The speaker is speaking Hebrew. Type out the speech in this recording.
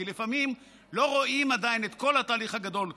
כי לפעמים לא רואים את כל התהליך הגדול.